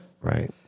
Right